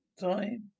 time